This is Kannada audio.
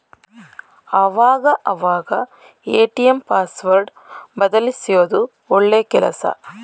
ಆವಾಗ ಅವಾಗ ಎ.ಟಿ.ಎಂ ಪಾಸ್ವರ್ಡ್ ಬದಲ್ಯಿಸೋದು ಒಳ್ಳೆ ಕೆಲ್ಸ